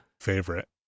Favorite